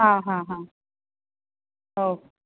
हां हां हां ओ